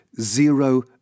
zero